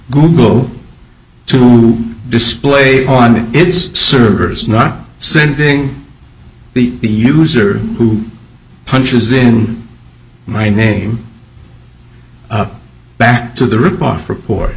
google to display on its servers not sending the user who punches in my name back to the